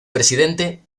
presidente